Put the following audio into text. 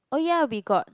oh ya we got